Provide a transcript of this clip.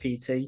PT